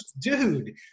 dude